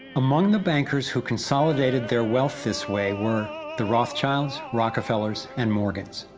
among the bankers who consolidated their wealth this way were the rothschilds, rockefellers and morgans.